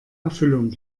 erfüllung